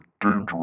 dangerous